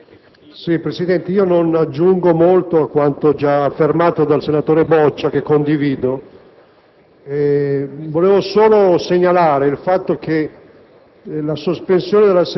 Presidente, non aggiungo molto a quanto affermato dal senatore Boccia, che condivido. Desidero solo segnalare il fatto che